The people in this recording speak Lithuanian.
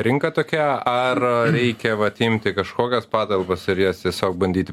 rinka tokia ar reikia vat imti kažkokias patalpas ir jas tiesiog bandyt